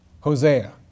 Hosea